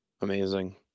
Amazing